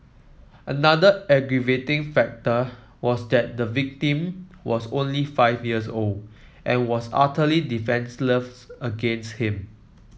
another aggravating factor was that the victim was only five years old and was utterly defenceless against him